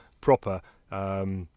proper